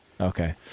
okay